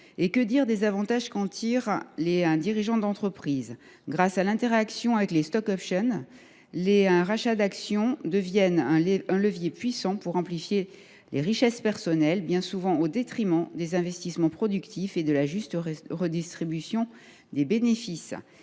Et que dire des avantages qu’en tirent les dirigeants d’entreprise ? Grâce à l’interaction avec les stock options, les rachats d’actions deviennent un levier puissant pour amplifier les richesses personnelles, bien souvent au détriment des investissements productifs et de la juste redistribution des bénéfices.